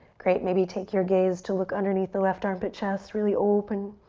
great, maybe take your gaze to look underneath the left armpit chest, really open.